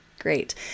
great